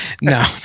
No